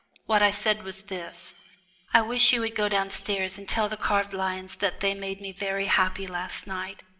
what i said was this i wish you would go downstairs and tell the carved lions that they made me very happy last night,